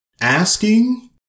Asking